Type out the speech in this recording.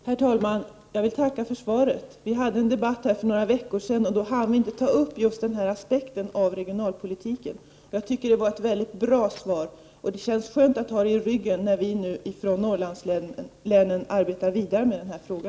Herr talman! Jag vill tacka för svaret. Vi hade en debatt här för några veckor sedan men hann då inte ta upp just denna aspekt av regionalpolitiken. Jag tycker att det var ett väldigt bra svar, och det känns skönt att ha det i ryggen när vi nu från Norrlandslänen arbetar vidare med denna fråga.